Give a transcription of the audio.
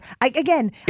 again